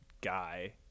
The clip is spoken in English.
guy